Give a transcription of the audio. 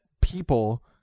people